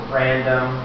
random